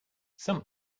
some